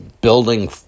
building